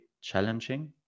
challenging